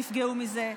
נפגעו מזה,